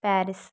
Paris